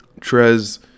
Trez